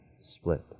split